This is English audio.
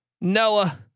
Noah